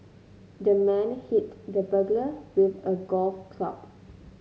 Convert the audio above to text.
the man hit the burglar with a golf club